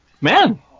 man